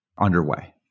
underway